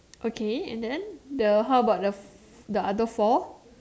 okay and then the how about the the other four